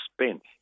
expense